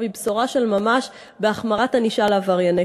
היא בשורה של ממש בהחמרת ענישה על עברייני כביש.